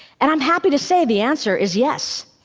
and i'm happy to say the answer is yes.